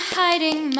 hiding